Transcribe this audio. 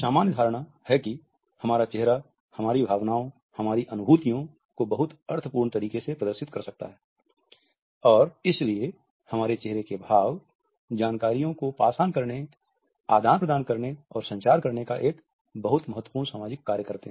सामान्य धारणा है कि हमारा चेहरा हमारी भावनाओं हमारी अनुभूतियो को बहुत अर्थपूर्ण तरीके से प्रदर्शित करता है और इसलिए हमारे चेहरे के भाव जानकारिओ को पास आन करने आदान प्रदान करने और संचार करने का एक बहुत महत्वपूर्ण सामाजिक कार्य करते हैं